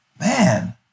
Man